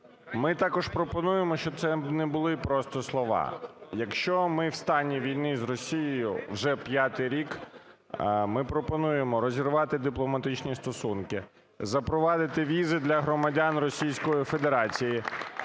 Ми також пропонуємо, щоб це не були просто слова. Якщо ми в стані війни з Росією вже п'ятий рік, ми пропонуємо: розірвати дипломатичні стосунки, запровадити візи для громадян Російської Федерації